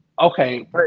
okay